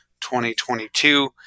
2022